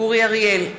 אורי אריאל,